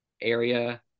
area